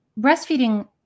Breastfeeding